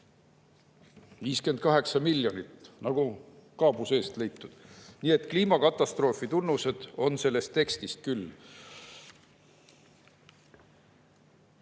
58 miljonit nagu kaabu seest leitud. Nii et kliimakatastroofi tunnused on selles tekstis küll.